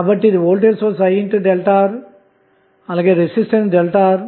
కాబట్టి ఇది voltage source IΔR మరియు రెసిస్టెన్స్ ΔR